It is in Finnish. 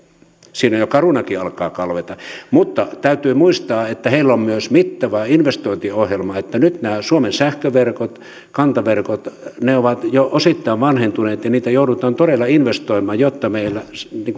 siinä jo carunakin alkaa kalveta mutta täytyy muistaa että heillä on myös mittava investointiohjelma nyt nämä suomen sähköverkot kantaverkot ovat jo osittain vanhentuneita ja niihin joudutaan todella investoimaan jotta meillä